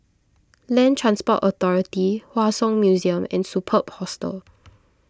Land Transport Authority Hua Song Museum and Superb Hostel